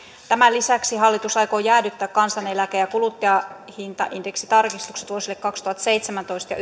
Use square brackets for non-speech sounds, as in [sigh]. tämän lisäksi hallitus aikoo jäädyttää kansaneläke ja kuluttajahintaindeksitarkistukset vuosille kaksituhattaseitsemäntoista [unintelligible]